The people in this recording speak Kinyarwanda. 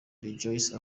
rejoice